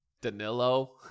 Danilo